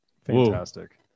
Fantastic